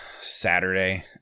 Saturday